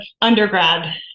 undergrad